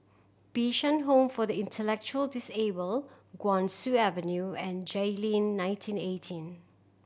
Bishan Home for the Intellectually Disabled Guan Soon Avenue and Jayleen nineteen eighteen